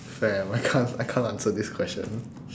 fam I can't I can't answer this question